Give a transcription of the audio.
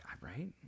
Right